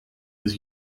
his